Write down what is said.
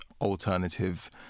alternative